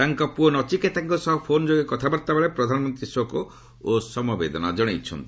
ତାଙ୍କ ପୁଅ ନଚିକେତାଙ୍କ ସହ ଫୋନ୍ ଯୋଗେ କଥାବାର୍ତ୍ତାବେଳେ ପ୍ରଧାନମନ୍ତ୍ରୀ ଶୋକ ଓ ସମବେଦନା ଜଣାଇଛନ୍ତି